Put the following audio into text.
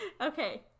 okay